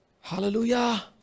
Hallelujah